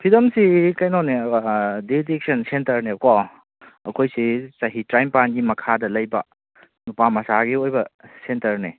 ꯐꯤꯗꯝꯁꯤ ꯀꯩꯅꯣꯅꯦꯕ de addiction ꯁꯦꯟꯇꯔꯅꯦꯕꯀꯣ ꯑꯩꯈꯣꯏꯁꯤ ꯆꯍꯤ ꯇꯔꯥꯅꯤꯄꯥꯟꯒꯤ ꯃꯈꯥꯗ ꯂꯩꯕ ꯅꯨꯄꯥ ꯃꯆꯥꯒꯤ ꯑꯣꯏꯕ ꯁꯦꯟꯇꯔꯅꯦ